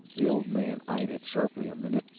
the old man eyed it sharply a minute.